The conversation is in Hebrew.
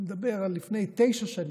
אני מדבר על לפני תשע שנים.